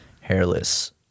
Hairless